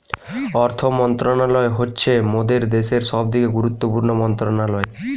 অর্থ মন্ত্রণালয় হচ্ছে মোদের দ্যাশের সবথেকে গুরুত্বপূর্ণ মন্ত্রণালয়